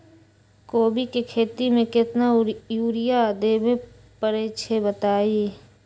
कोबी के खेती मे केतना यूरिया देबे परईछी बताई?